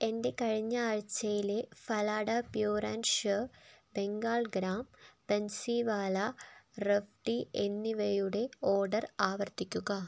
എന്റെ കഴിഞ്ഞ ആഴ്ചയിലെ Phalada pure and sure Bengal gram Bansiwala revdi എന്നിവയുടെ ഓർഡർ ആവർത്തിക്കുക